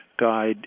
guide